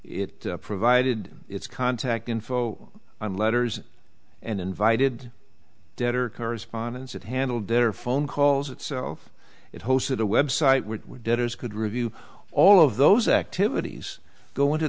it provided its contact info on letters and invited debt or correspondence that handled their phone calls itself it hosted a website where debtors could review all of those activities go into